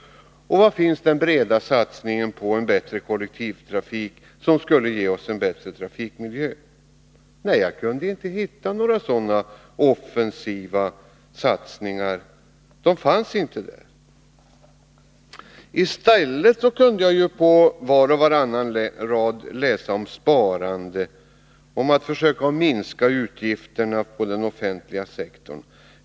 Var finns den breda satsningen på en bättre kollektivtrafik som skulle ge oss en bättre trafikmiljö? Nej, jag kan inte hitta några sådana offensiva satsningar. De finns inte där. I stället kan jag på var och varannan rad läsa om sparande, om att försöka minska utgifterna på den offentliga sektorn.